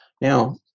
now